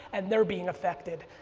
and they're being affected,